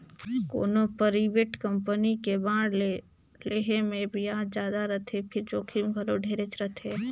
कोनो private company के bond ल लेहे मे बियाज जादा रथे फिर जोखिम घलो ढेरेच रथे